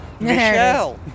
Michelle